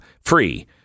Free